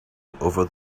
over